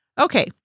Okay